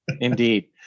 Indeed